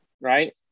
right